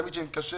תמיד כשאני מתקשר,